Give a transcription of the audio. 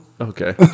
Okay